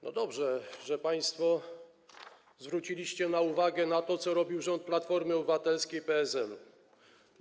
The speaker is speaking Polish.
No dobrze, że państwo zwróciliście na uwagę na to, co robił rząd Platformy Obywatelskiej - PSL-u.